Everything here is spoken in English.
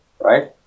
right